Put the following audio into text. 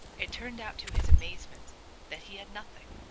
it turned out to his amazement that he had nothing,